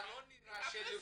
אתה לא נראה שלפני.